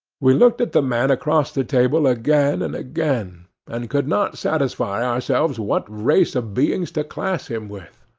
we looked at the man across the table again and again and could not satisfy ourselves what race of beings to class him with.